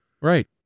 Right